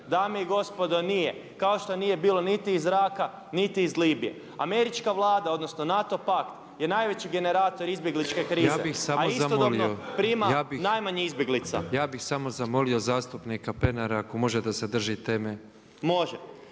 Dame i gospodo nije kao što nije bilo niti iz Iraka niti iz Libije. Američka vlada odnosno NATO pakt je najveći generator izbjegličke krize a isto dobno prima najmanje izbjeglica. **Petrov, Božo (MOST)** Ja bi samo zamolio zastupnika Pernara ako može da se drži teme.